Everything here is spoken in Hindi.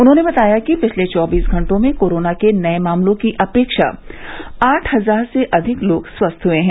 उन्होंने बताया कि पिछले चौबीस घंटों में कोरोना के नये मामलों की अपेक्षा आठ हजार से अधिक लोग स्वस्थ हुए हैं